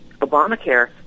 Obamacare